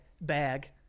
bag